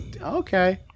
Okay